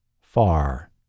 far